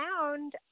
found